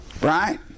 Right